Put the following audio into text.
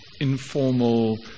informal